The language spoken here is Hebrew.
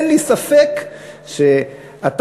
אין לי ספק שאתה,